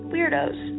Weirdos